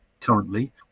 currently